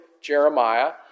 Jeremiah